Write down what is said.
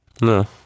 No